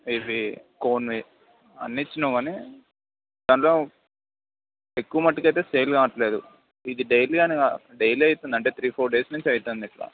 ఇవి కోన్వి అన్నీ చిన్నవి గానీ దాంట్లో ఎక్కువ మట్టుకైతే సేల్ కావట్లేదు ఇది డైలీ అనగా డైలీ అవుతుంది అంటే త్రీ ఫోర్ డేస్ నుంచి అవుతోంది ఇట్లా